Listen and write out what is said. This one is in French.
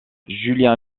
julien